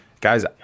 guys